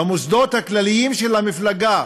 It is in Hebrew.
במוסדות הכלליים של המפלגה,